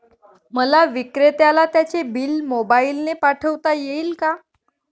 मला विक्रेत्याला त्याचे बिल मोबाईलने पाठवता येईल का?